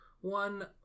one